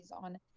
on